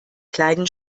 kleinen